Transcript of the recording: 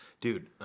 Dude